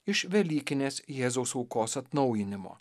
iš velykinės jėzaus aukos atnaujinimo